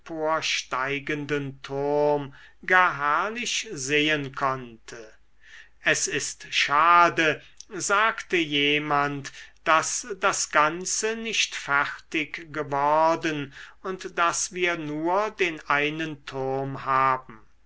emporsteigenden turm gar herrlich sehn konnte es ist schade sagte jemand daß das ganze nicht fertig geworden und daß wir nur den einen turm haben